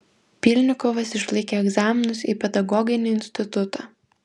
pylnikovas išlaikė egzaminus į pedagoginį institutą